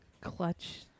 clutch